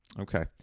Okay